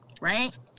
right